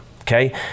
okay